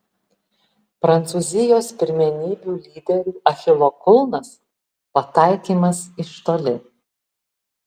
prancūzijos pirmenybių lyderių achilo kulnas pataikymas iš toli